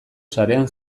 sarean